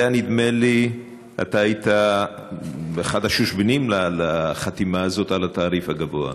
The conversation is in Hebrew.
נדמה לי שאתה היית אחד השושבינים לחתימה הזאת על התעריף הגבוה.